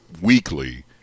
weekly